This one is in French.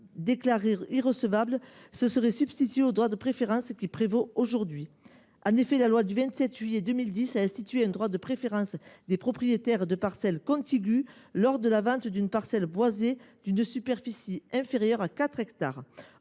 déclaré irrecevable se serait substitué au droit de préférence qui prévaut aujourd’hui. En effet, la loi de modernisation de l’agriculture du 27 juillet 2010 a institué un droit de préférence des propriétaires de parcelles contiguës lors de la vente d’une parcelle boisée d’une superficie inférieure à 4 hectares.